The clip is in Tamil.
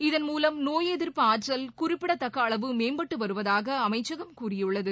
இதன் மூலம் நோய் எதிர்ப்பு ஆற்றல் குறிப்பிடத்தக்க அளவு மேம்பட்டு வருவதாக அமைச்சகம் கூறியுள்ளது